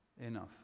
enough